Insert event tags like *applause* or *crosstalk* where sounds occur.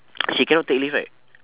*noise* she cannot take leave right